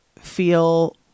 feel